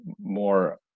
more